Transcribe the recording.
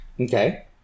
Okay